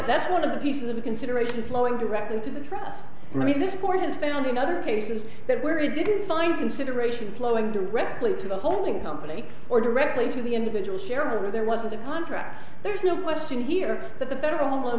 that's one of the pieces of consideration flowing directly into the trust me this court has found in other cases that where he didn't sign consideration flowing directly to the holding company or directly to the individual share or there wasn't a contract there is no question here that the federal home